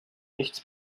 nichts